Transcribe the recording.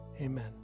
Amen